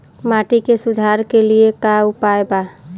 माटी के सुधार के लिए का उपाय बा?